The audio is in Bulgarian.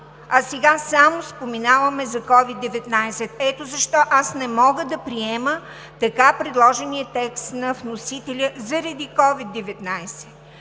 1. Сега само споменаваме за COVID-19. Ето защо аз не мога да приема така предложения текст на вносителя заради COVID-19.